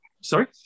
sorry